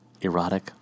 erotic